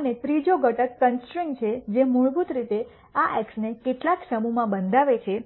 અને ત્રીજો ઘટક કન્સ્ટ્રૈન્ટ છે જે મૂળભૂત રીતે આ એક્સને કેટલાક સમૂહમાં બંધાવે છે